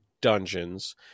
dungeons